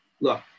Look